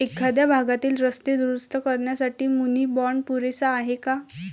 एखाद्या भागातील रस्ते दुरुस्त करण्यासाठी मुनी बाँड पुरेसा आहे का?